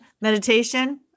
meditation